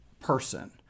person